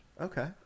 Okay